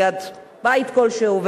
ליד בית כלשהו,